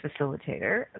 Facilitator